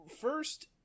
first